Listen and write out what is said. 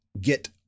get